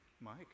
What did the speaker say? Mike